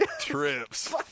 Trips